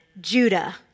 Judah